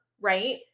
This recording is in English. right